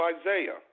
Isaiah